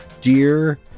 Dear